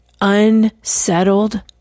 unsettled